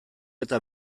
eta